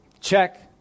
check